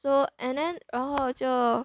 so and then 然后就